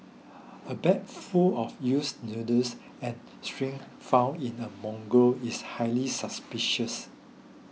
a bag full of used needles and syringes found in a mangrove is highly suspicious